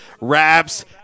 wraps